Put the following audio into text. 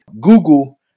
Google